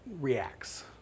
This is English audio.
reacts